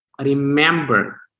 remember